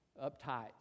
uptight